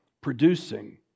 producing